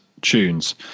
tunes